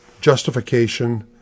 justification